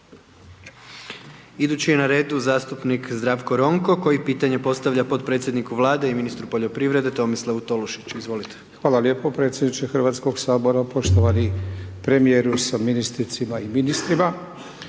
Idući je na redu zastupnik Zdravko Ronko, koji pitanje postavlja potpredsjedniku Vlade i ministru poljoprivrede, Tomislavu Tolušiću, izvolite. **Ronko, Zdravko (Nezavisni)** Hvala lijepo predsjedniče HS-a, poštovani premjeru sa ministricima i ministrima.